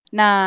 na